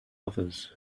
others